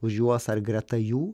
už juos ar greta jų